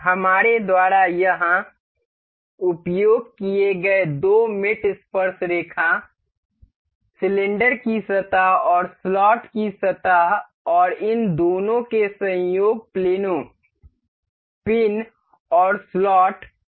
हमारे द्वारा यहां उपयोग किए गए दो मेट स्पर्शरेखा सिलेंडर की सतह और स्लॉट की सतह और इन दोनों के संयोग प्लेनों पिन और स्लॉट हैं